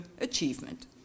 achievement